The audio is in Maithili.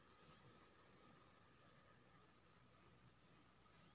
मिथिला पुरने काल सँ देशक अर्थव्यवस्थाक धूरी रहल छै